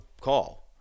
call